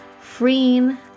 freeing